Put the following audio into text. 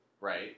Right